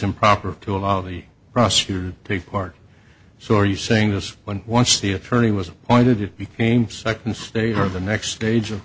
improper to allow the prosecutor the park so are you saying this one once the attorney was appointed it became second stage for the next stage of